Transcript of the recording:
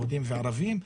יהודים וערבים,